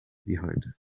behind